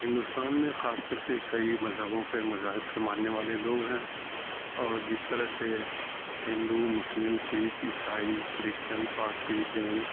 ہندوستان میں خاص کر کے کئی مذہبوں کے مذاہب کے ماننے والے لوگ ہیں اور جس طرح سے ہندو مسلم سکھ عیسائی کرسچن پارسی جین